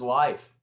life